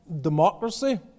democracy